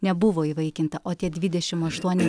nebuvo įvaikinta o tie dvidešim aštuoni